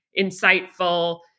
insightful